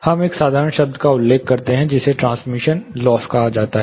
हम एक साधारण शब्द का उल्लेख करते हैं जिसे ट्रांसमिशन लॉस कहा जाता है